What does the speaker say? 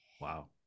wow